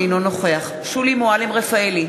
אינו נוכח שולי מועלם-רפאלי,